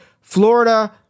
Florida